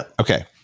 Okay